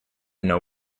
know